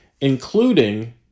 including